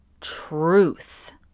truth